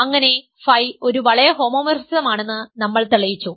അങ്ങനെ Φ ഒരു വളയ ഹോമോമോർഫിസമാണെന്ന് നമ്മൾ തെളിയിച്ചു